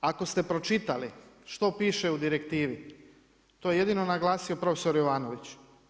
Ako ste pročitali što piše u direktivi to je jedino naglasio profesor Jovanović.